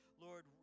Lord